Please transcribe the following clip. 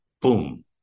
Boom